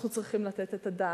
אנחנו צריכים לתת את הדעת.